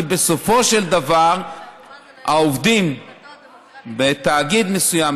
כי בסופו של דבר העובדים בתאגיד מסוים,